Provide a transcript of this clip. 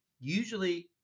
usually